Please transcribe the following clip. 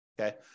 okay